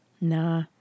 Nah